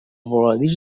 voladís